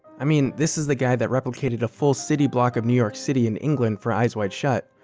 i mean, this is the guy that replicated a full city block of new york city in england for eyes wide shut,